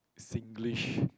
Singlish